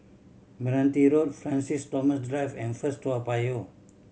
Meranti Road Francis Thomas Drive and First Toa Payoh